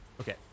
Okay